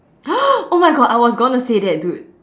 oh my God I was gonna say that dude